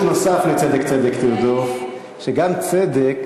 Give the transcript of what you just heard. יש פירוש נוסף ל"צדק צדק תרדוף" שגם צדק